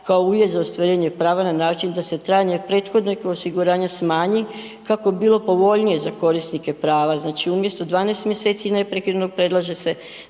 kao uvjet za ostvarenje prava na način da se trajanje prethodnih osiguranja smanji kako bi bilo povoljnije za korisnike prava, znači umjesto 12 mjeseci neprekidnog predlaže se